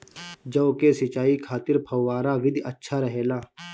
जौ के सिंचाई खातिर फव्वारा विधि अच्छा रहेला?